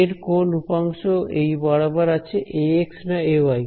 এ এর কোন উপাংশ এই বরাবর আছে Ax না Ay